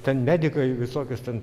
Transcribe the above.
ten medikai visokius ten